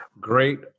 Great